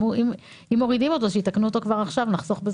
אם מורידים אותו אז שיתקנו אותו כבר עכשיו ואז נחסוך בזמן.